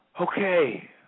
Okay